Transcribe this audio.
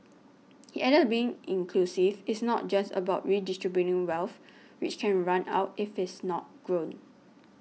he added being inclusive is not just about redistributing wealth which can run out if it is not grown